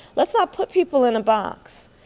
let's not put people in a box.